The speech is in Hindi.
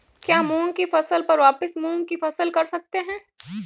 क्या मूंग की फसल पर वापिस मूंग की फसल कर सकते हैं?